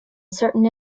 certain